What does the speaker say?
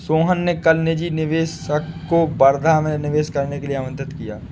सोहन ने कल निजी निवेशक को वर्धा में निवेश करने के लिए आमंत्रित किया